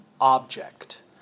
object